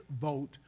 vote